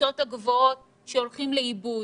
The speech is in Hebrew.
והכיתות הגבוהות שהולכים לאיבוד